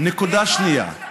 נקודה שנייה,